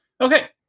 Okay